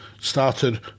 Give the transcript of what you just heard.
started